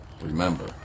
remember